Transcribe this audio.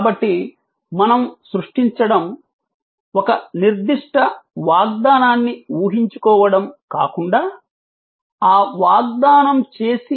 కాబట్టి మనం సృష్టించడం ఒక నిర్దిష్ట వాగ్దానాన్ని ఊహించుకోవడం కాకుండా ఆ వాగ్దానం చేసి